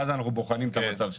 ואז אנחנו בוחנים את המצב שלהם.